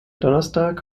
donnerstag